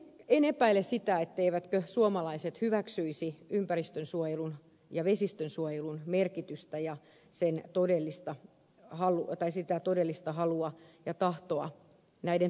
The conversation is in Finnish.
en epäile sitä etteivätkö suomalaiset hyväksyisi ympäristönsuojelun ja vesistönsuojelun merkitystä ja sitä todellista halua ja tahtoa näiden toteuttamiseen